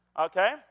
Okay